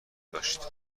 داشت